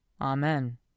Amen